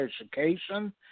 education